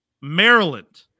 maryland